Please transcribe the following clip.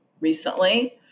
recently